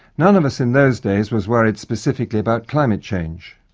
none of us in those days was worried specifically about climate change.